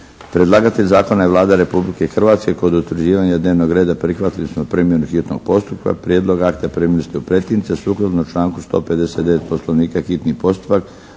Predlagatelj zakona je Vlada Republike Hrvatske. Kod utvrđivanja dnevnog reda prihvatili smo primjenu hitnog postupka. Prijedlog akta primili ste u pretince. Sukladno članku 159. Poslovnika hitni postupak